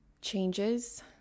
changes